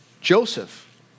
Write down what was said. Joseph